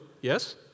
Yes